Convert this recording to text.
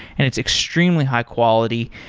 and it's extremely high-quality,